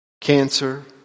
cancer